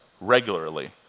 regularly